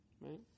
right